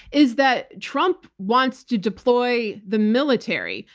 is that trump wants to deploy the military,